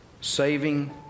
saving